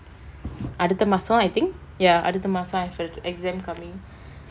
அடுத்த மாசம்:adutha maasam I think ya அடுத்த மாசம்:adutha maasam I have exam coming